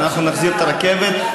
אנחנו נחזיר את הרכבת.